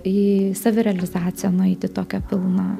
į savirealizaciją nueiti tokia pilna